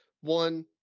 one